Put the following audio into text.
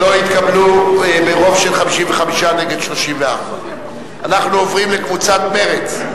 לא נתקבלה ברוב של 55 נגד 34. אנחנו עוברים לקבוצת מרצ.